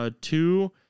Two